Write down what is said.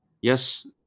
Yes